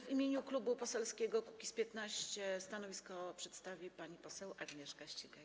W imieniu Klubu Poselskiego Kukiz’15 stanowisko przedstawi pani poseł Agnieszka Ścigaj.